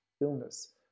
illness